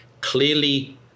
clearly